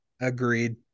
Agreed